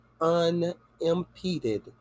unimpeded